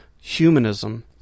humanism